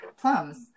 plums